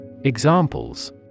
Examples